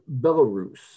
Belarus